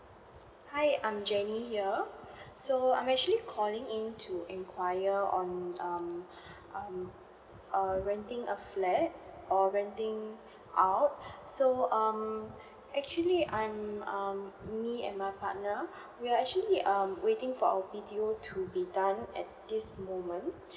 hi I'm J E N N Y here so I'm actually calling in to inquire on um um err renting a flat or renting out so um actually I'm um me and my partner we are actually um waiting for our B_T_O to be done at this moment